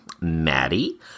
Maddie